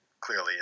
clearly